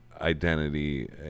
identity